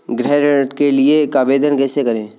गृह ऋण के लिए आवेदन कैसे करें?